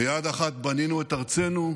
ביד אחת בנינו את ארצנו,